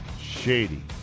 shady